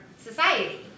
society